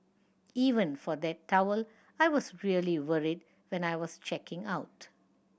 even for that towel I was really worried when I was checking out